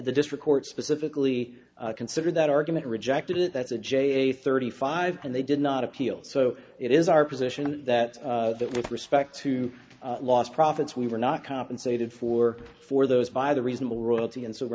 the district court specifically considered that argument rejected it that's a j a thirty five and they did not appeal so it is our position that that with respect to lost profits we were not compensated for for those by the reasonable royalty and so we're